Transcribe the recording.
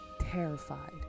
terrified